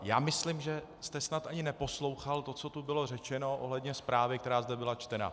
Já myslím, že jste snad ani neposlouchal to, co tu bylo řečeno ohledně zprávy, která zde byla čtena.